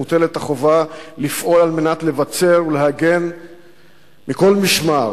מוטלת החובה לפעול על מנת לבצר ולהגן מכל משמר